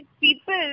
people